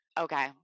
Okay